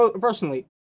personally